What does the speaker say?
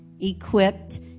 equipped